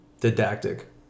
didactic